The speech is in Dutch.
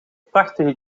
prachtige